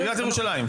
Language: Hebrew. עיריית ירושלים.